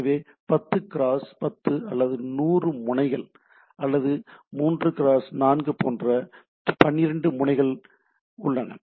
எனவே 10 கிராஸ் 10 அல்லது 100 முனைகள் அல்லது 3 கிராஸ் 4 போன்ற 12 முனைகள் உள்ளன